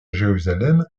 jérusalem